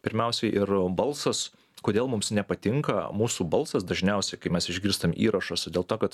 pirmiausiai ir balsas kodėl mums nepatinka mūsų balsas dažniausiai kai mes išgirstam įrašuose dėl to kad